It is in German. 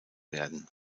werden